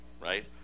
right